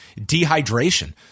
dehydration